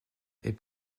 est